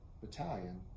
battalion